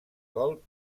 col